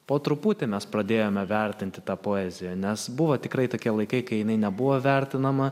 po truputį mes pradėjome vertinti tą poeziją nes buvo tikrai tokie laikai kai jinai nebuvo vertinama